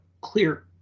clear